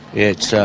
it's